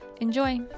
Enjoy